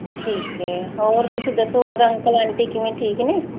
ਠੀਕ ਹੈ ਹੋਰ ਤੁਸੀਂ ਦੱਸੋ ਹੋਰ ਅੰਕਲ ਆਂਟੀ ਕਿਵੇਂ ਠੀਕ ਨੇ